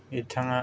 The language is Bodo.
बिथाङा